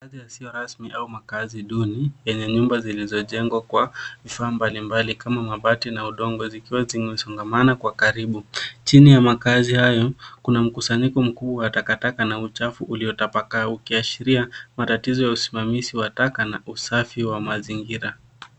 Makazi yasiyo rasmi au makazi duni yenye nyumba zilizojengwa kwa vifaa mbali mbali kama mabati na udongo, zikiwa zimesongamana kwa karibu. Chini ya makazi hayo kuna mkusanyiko mkubwa wa takataka na uchafu uliotapakaa ukiashiria matatizo ya usimamizi wa taka na usafi wa mazingira.